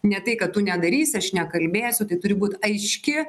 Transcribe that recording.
ne tai kad tu nedarysi aš nekalbėsiu tai turi būt aiški